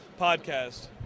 podcast